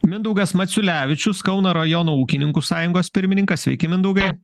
mindaugas maciulevičius kauno rajono ūkininkų sąjungos pirmininkas sveiki mindaugai